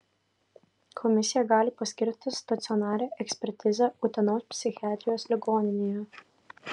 komisija gali paskirti stacionarią ekspertizę utenos psichiatrijos ligoninėje